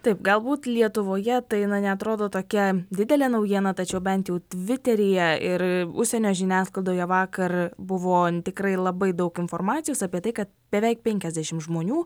taip galbūt lietuvoje tai na neatrodo tokia didelė naujiena tačiau bent jau tviteryje ir užsienio žiniasklaidoje vakar buvo tikrai labai daug informacijos apie tai kad beveik penkiasdešim žmonių